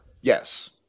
Yes